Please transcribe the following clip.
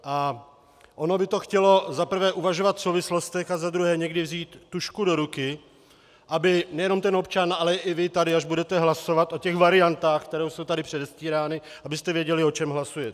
A ono by to chtělo za prvé uvažovat v souvislostech a za druhé někdy vzít tužku do ruky, aby nejenom občan, ale i vy tady, až budete hlasovat o variantách, které jsou tady předestírány, abyste věděli, o čem hlasujete.